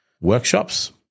workshops